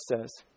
says